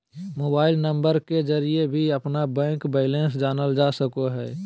mobile number के जरिए भी अपना बैंक बैलेंस जानल जा सको हइ